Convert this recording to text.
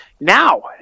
now